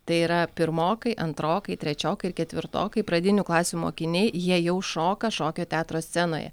tai yra pirmokai antrokai trečiokai ir ketvirtokai pradinių klasių mokiniai jie jau šoka šokio teatro scenoje